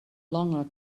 longer